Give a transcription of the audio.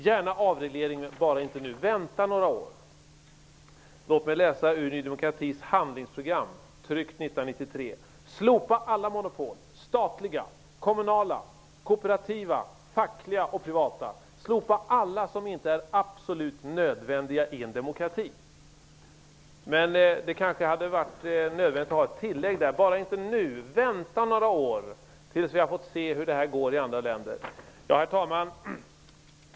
Gärna avreglering, men bara inte nu. Vänta några år! Låt mig läsa ur Ny demokratis handlingsprogram, tryckt 1993: Slopa alla monopol -- statliga kommunala, kooperativa, fackliga och privata! Slopa alla som inte är absolut nödvändiga i en demokrati! Det hade kanske varit nödvändigt att göra ett tillägg där: Bara inte nu. Vänta några år, tills vi har fått se hur det går i andra länder! Herr talman!